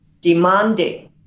demanding